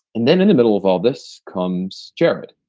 and then in the middle of all this comes jared.